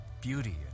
beauty